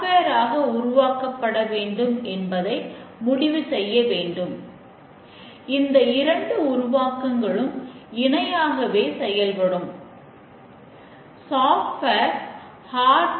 அவர்களால் அந்தத் தோல்வியை மீண்டும் உருவாக்க முடியாது